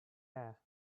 air